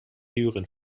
duren